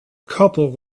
couple